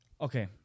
okay